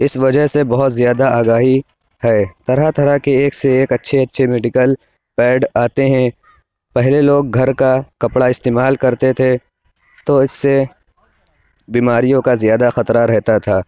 اِس وجہ سے بہت زیادہ آگاہی ہے طرح طرح کے ایک سے ایک اچھے اچھے مڈیکل پیڈ آتے ہیں پہلے لوگ گھر کا کپڑا استعمال کرتے تھے تو اِس سے بیماریوں کا زیادہ خطرہ رہتا تھا